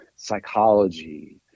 psychology